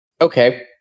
okay